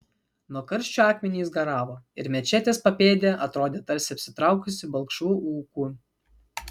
nuo karščio akmenys garavo ir mečetės papėdė atrodė tarsi apsitraukusi balkšvu ūku